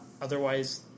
otherwise